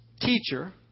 teacher